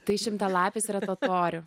tai šimtalapis yra totorių